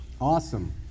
Awesome